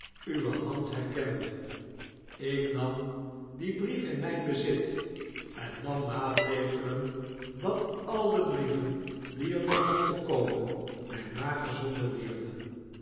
uwe hand herkende ik nam dien brief in mgn bezit en nam maatregelen dat al de brieven die ernogmochten komen my nagezonden wierden